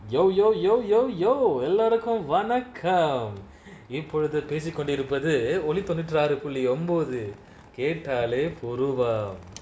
yo yo yo yo yo எல்லோருக்கும் வணக்கம் இப்பொழுது பேசிகொண்டிருப்பது ஒழி தொண்ணூற்றாறு புள்ளி ஒம்பொது கேட்டாலே:ellorukum vanakam ippoluthu pesikondirupathu oli thonnootraaru pulli ombothu ketaale puravam